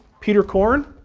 peter korn,